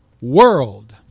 world